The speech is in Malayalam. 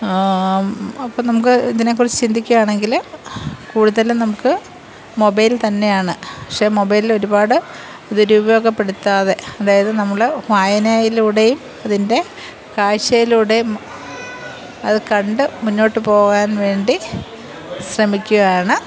അപ്പോൾ നമുക്ക് ഇതിനെ കുറിച്ച് ചിന്തിക്കുകയാണെങ്കിൽ കൂടുതലും നമുക്ക് മൊബൈൽ തന്നെയാണ് പക്ഷേ മൊബൈൽല് ഒരുപാട് ദുരൂപയോഗപ്പെടുത്താതെ അതായത് നമ്മൾ വായനയിലൂടെയും അതിൻ്റെ കാഴ്ചയിലൂടെയും അത് കണ്ട് മുന്നോട്ട് പോവാൻ വേണ്ടി ശ്രമിക്കുകയാണ്